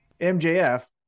MJF